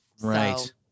right